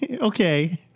Okay